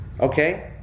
Okay